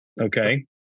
Okay